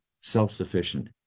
self-sufficient